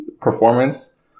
performance